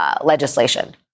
legislation